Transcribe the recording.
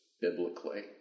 biblically